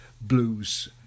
blues